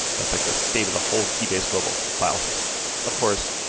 that's like the state of the whole keybase global file system of course,